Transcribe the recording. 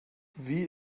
wie